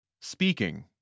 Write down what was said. Speaking